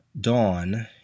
Dawn